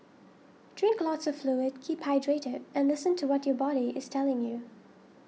drink lots of fluid keep hydrated and listen to what your body is telling you